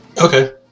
Okay